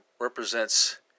represents